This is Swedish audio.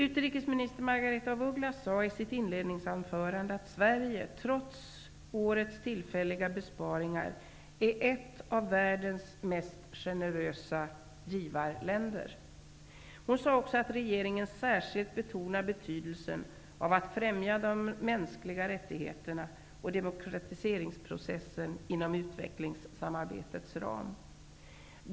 Utrikesminister Margaretha af Ugglas sade i sitt inledningsanförande att Sverige, trots årets tillfälliga besparingar, är ett av världens mest generösa givarländer. Hon sade också att regeringen särskilt betonar betydelsen av att främja de mänskliga rättigheterna och demokratiseringsprocessen inom utvecklingssamarbetets ram.